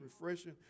refreshing